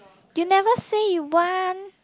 you never say you want